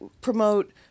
promote